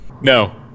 no